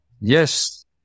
Yes